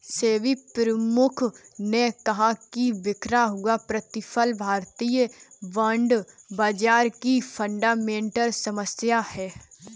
सेबी प्रमुख ने कहा कि बिखरा हुआ प्रतिफल भारतीय बॉन्ड बाजार की फंडामेंटल समस्या है